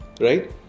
right